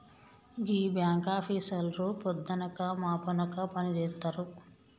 గీ బాంకాపీసర్లు పొద్దనక మాపనక పనిజేత్తరు